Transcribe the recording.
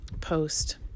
post